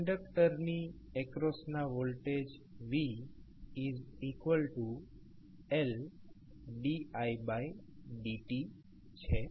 ઇન્ડક્ટરની એક્રોસના voltage vL didt છે